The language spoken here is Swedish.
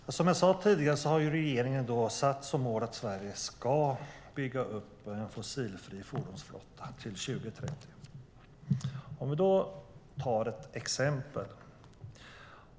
Fru talman! Som jag sade tidigare har regeringen satt som mål att Sverige ska bygga upp en fossilfri fordonsflotta till 2030. Jag tar ett exempel.